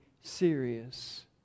serious